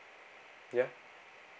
ya